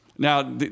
Now